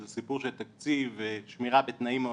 זה סיפור של תקציב ושמירה בתנאים.